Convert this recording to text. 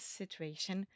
situation